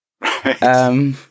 Right